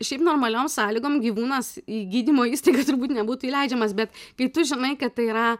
šiaip normaliom sąlygom gyvūnas į gydymo įstaigą turbūt nebūtų įleidžiamas bet kai tu žinai kad tai yra